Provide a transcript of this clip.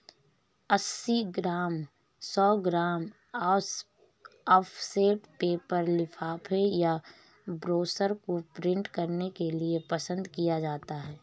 अस्सी ग्राम, सौ ग्राम ऑफसेट पेपर लिफाफे या ब्रोशर को प्रिंट करने के लिए पसंद किया जाता है